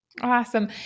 Awesome